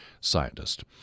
scientist